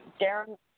Darren